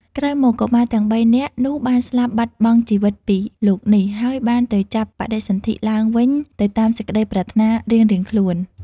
ក្រោយមក កុមារទាំងបីនាក់នោះបានស្លាប់បាត់បង់ជីវិតពីលោកនេះ ហើយបានទៅចាប់បដិសន្ធិឡើងវិញទៅតាមសេចក្តីប្រាថ្នារៀងៗខ្លួន។